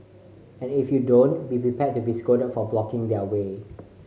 and if you don't be prepared to be scolded for blocking their way